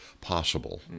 possible